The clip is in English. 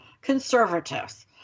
conservatives